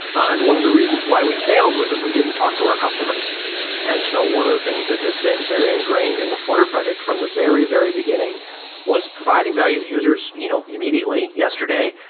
and one of the reasons why we failed was that we didn't talk to our customers and so one of the things that has been very engrained in the flutter project from the very, very beginning was providing value to users you know immediately, yesterday,